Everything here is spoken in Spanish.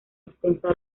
extensa